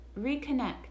reconnect